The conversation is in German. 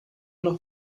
nach